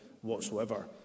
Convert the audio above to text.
whatsoever